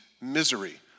misery